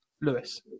Lewis